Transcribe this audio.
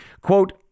Quote